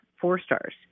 four-stars